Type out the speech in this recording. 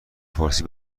فارسی